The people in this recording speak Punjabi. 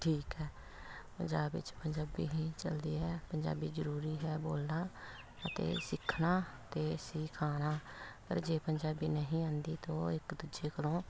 ਠੀਕ ਹੈ ਪੰਜਾਬ ਵਿੱਚ ਪੰਜਾਬੀ ਹੀ ਚੱਲਦੀ ਹੈ ਪੰਜਾਬੀ ਜ਼ਰੂਰੀ ਹੈ ਬੋਲਣਾ ਅਤੇ ਸਿੱਖਣਾ ਅਤੇ ਸਿਖਾਉਣਾ ਪਰ ਜੇ ਪੰਜਾਬੀ ਨਹੀਂ ਆਉਂਦੀ ਤਾਂ ਇੱਕ ਦੂਜੇ ਕੋਲੋਂ